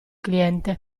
cliente